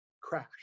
crash